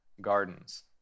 gardens